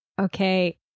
Okay